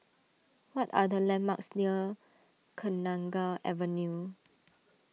what are the landmarks near Kenanga Avenue